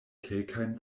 kelkajn